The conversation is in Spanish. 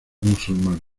musulmanes